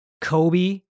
Kobe